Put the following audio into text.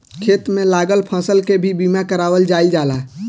खेत में लागल फसल के भी बीमा कारावल जाईल जाला